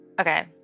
Okay